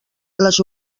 les